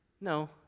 No